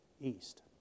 east